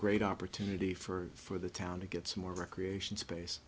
great opportunity for the town to get some more recreation space